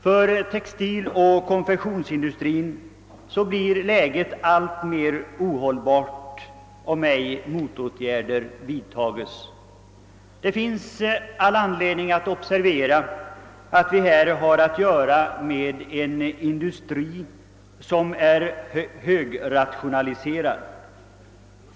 För textiloch konfektionsindustrin blir: läget alltmer ohållbart, om ej motåtgärder vidtas. Det finns all anledning observera att vi här har att göra med en industri som är högrationaliserad.